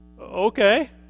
Okay